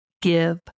give